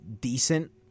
decent